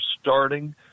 starting